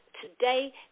Today